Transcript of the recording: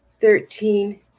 thirteen